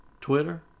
Twitter